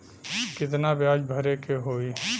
कितना ब्याज भरे के होई?